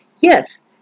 Yes